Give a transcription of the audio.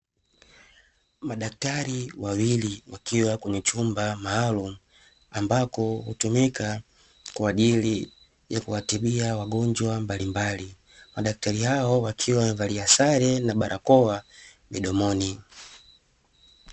Madaktari wawili wakiwa kwenye chumba maalumu ambako hutumika kwa ajili ya kuwatibia wagonjwa mbalimbali. Madaktari hao wakiwa wamevalia sare na barakoa midomoni.